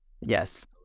Yes